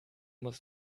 muss